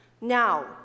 now